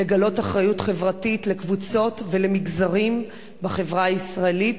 לגלות אחריות חברתית לקבוצות ולמגזרים בחברה הישראלית,